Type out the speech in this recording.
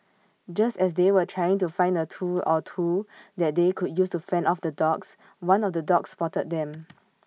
just as they were trying to find A tool or two that they could use to fend off the dogs one of the dogs spotted them